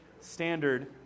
Standard